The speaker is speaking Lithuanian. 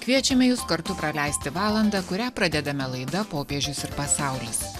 kviečiame jus kartu praleisti valandą kurią pradedame laida popiežius ir pasaulis